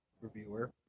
reviewer